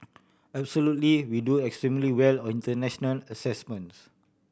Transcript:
absolutely we do extremely well on international assessments